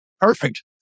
Perfect